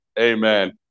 amen